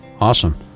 awesome